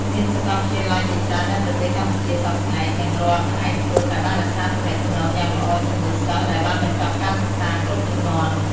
មានសកលវិទ្យាល័យជាច្រើននៅប្រទេសកម្ពុជាសព្វថ្ងៃ ទាំងរដ្ឋ និងឯកជនដែលបានរក្សាទំនាក់ទំនងយ៉ាងល្អជាមួយសិស្សដែលបានបញ្ចប់ការសិក្សាគ្រប់ជំនាន់។